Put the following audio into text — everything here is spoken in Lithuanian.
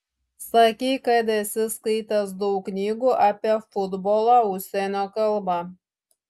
sakei kad esi skaitęs daug knygų apie futbolą užsienio kalba